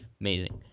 Amazing